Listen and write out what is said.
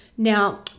Now